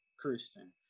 Christian